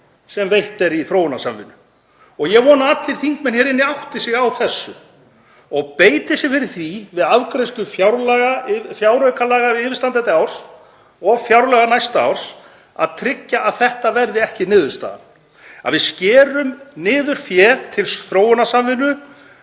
sem veitt er í þróunarsamvinnu. Ég vona að allir þingmenn hér inni átti sig á þessu og beiti sér fyrir því, við afgreiðslu fjáraukalaga yfirstandandi árs og fjárlaga næsta árs, að tryggja að það verði ekki niðurstaðan að við skerum niður fé til þróunarsamvinnu,